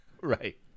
Right